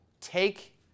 take